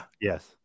Yes